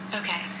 okay